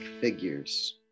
figures